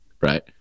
right